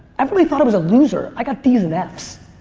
everybody thought i was a loser. i got d's and f's.